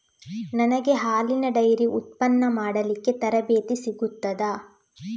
ನನಗೆ ಹಾಲಿನ ಡೈರಿ ಉತ್ಪನ್ನ ಮಾಡಲಿಕ್ಕೆ ತರಬೇತಿ ಸಿಗುತ್ತದಾ?